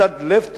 וקצת לב טוב,